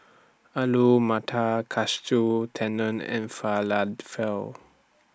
Alu Matar Katsu Tendon and Falafel